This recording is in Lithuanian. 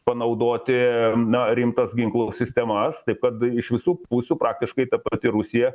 panaudoti na rimtas ginklų sistemas taip pat iš visų pusių praktiškai ta pati rusija